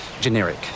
generic